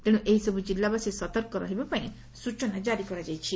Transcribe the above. ତେଣୁ ଏହିସବୁ ଜିଲ୍ଲାବାସୀ ସତର୍କ ରହିବା ପାଇଁ ସ୍ଟଚନା ଜାରି କରାଯାଇଛି